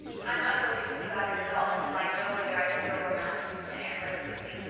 i'm not going to think about it at all until i know whether i can go or not, said anne resolutely.